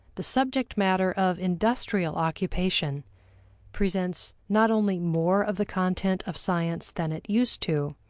the subject matter of industrial occupation presents not only more of the content of science than it used to,